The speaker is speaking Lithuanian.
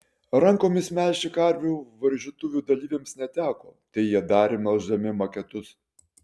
rankomis melžti karvių varžytuvių dalyviams neteko tai jie darė melždami maketus